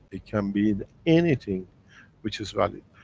it can be in anything which is valid.